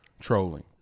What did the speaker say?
trolling